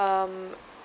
um